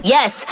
Yes